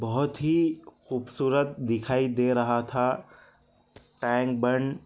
بہت ہی خوبصورت دکھائی دے رہا تھا ٹینک بن